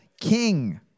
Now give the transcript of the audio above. king